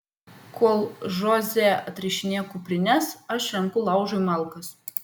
kol žoze atrišinėja kuprines aš renku laužui malkas